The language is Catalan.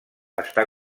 està